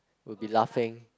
will be laughing